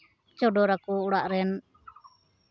ᱪᱚᱰᱚᱨᱟᱠᱚ ᱚᱲᱟᱜ ᱨᱮᱱ